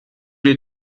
les